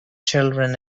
children